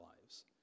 lives